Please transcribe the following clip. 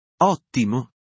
Ottimo